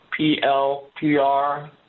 PLPR